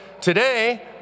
Today